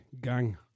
Gang